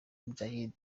muhadjili